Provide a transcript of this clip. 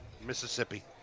Mississippi